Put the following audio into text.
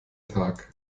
tag